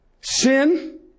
Sin